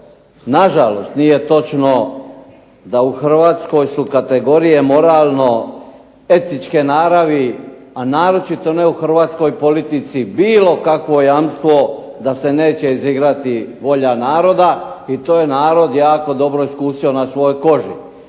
na žalost nije točno da u Hrvatskoj su kategorije moralno ... naravi, a naročito ne u Hrvatskoj politici bilo kakvo jamstvo da se neće izigrati volja naroda i to je narod jako dobro iskusio na svojoj koži,